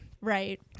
right